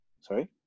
sorry